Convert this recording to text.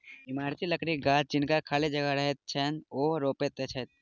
इमारती लकड़ीक गाछ जिनका खाली जगह रहैत छैन, ओ रोपैत छथि